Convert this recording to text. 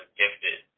gifted